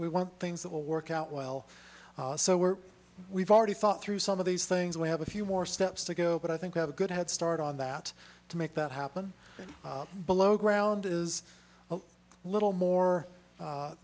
we want things that will work out well so we're we've already thought through some of these things we have a few more steps to go but i think we have a good head start on that make that happen below ground is a little more u